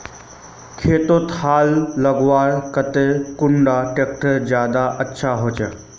खेतोत हाल लगवार केते कुन ट्रैक्टर ज्यादा अच्छा होचए?